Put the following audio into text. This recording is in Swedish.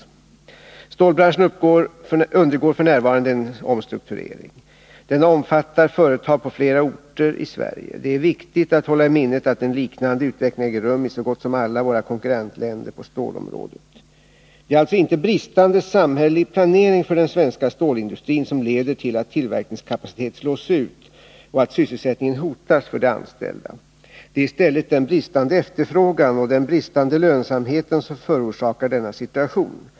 Stålbranschen undergår f. n. en omstrukturering. Denna omfattar företag på flera orter i Sverige. Det är viktigt att hålla i minnet att en liknande utveckling äger rum i så gott som alla våra konkurrentlärider på stålområdet. Det är alltså inte bristande samhällelig planering för den svenska stålindustrin som leder till att tillverkningskapacitet slås ut och att sysselsättningen hotas för de anställda. Det är i stället den bristande efterfrågan och den bristande lönsamheten som förorsakar denna situation.